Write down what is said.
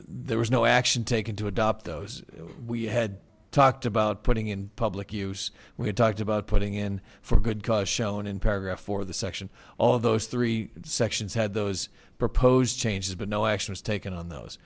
there was no action taken to adopt those we had talked about putting in public use we had talked about putting in for a good cause shown in paragraph four of the section all those three sections had those proposed changes but no action was taken on those